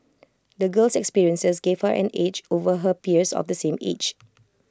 the girl's experiences gave her an edge over her peers of the same age